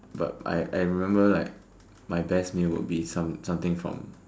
but I I remember like my best meal would be some something from